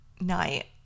night